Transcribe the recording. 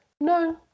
No